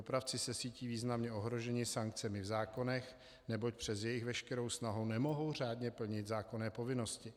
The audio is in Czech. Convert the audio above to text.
Dopravci se cítí významně ohroženi sankcemi v zákonech, neboť přes svou veškerou snahu nemohou řádně plnit zákonné povinnosti.